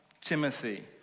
Timothy